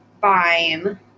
Fine